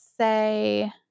say